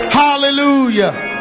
hallelujah